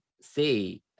say